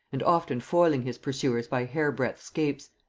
and often foiling his pursuers by hair-breadth scapes.